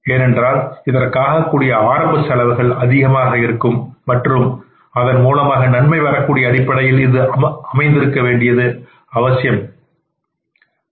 ஏனென்றால் இதற்காக கூடிய ஆரம்ப செலவுகள் அதிகமாக இருக்கும் மற்றும் அதன் மூலமாக நன்மை பெறக்கூடிய அடிப்படையில் இது அமைந்திருக்க வேண்டியது அவசியமாகும்